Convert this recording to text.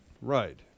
Right